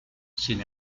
sin